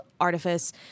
artifice